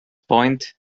point